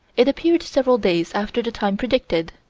it appeared several days after the time predicted.